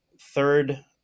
third